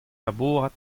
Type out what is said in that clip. labourat